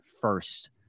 first